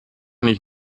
nicht